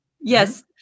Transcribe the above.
Yes